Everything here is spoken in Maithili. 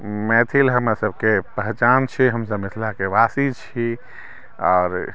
मैथिल हम सभके पहचान छै हम सभ मिथिलाके वासी छी आओर